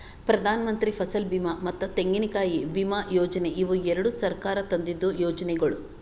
ಪ್ರಧಾನಮಂತ್ರಿ ಫಸಲ್ ಬೀಮಾ ಮತ್ತ ತೆಂಗಿನಕಾಯಿ ವಿಮಾ ಯೋಜನೆ ಇವು ಎರಡು ಸರ್ಕಾರ ತಂದಿದ್ದು ಯೋಜನೆಗೊಳ್